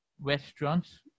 restaurants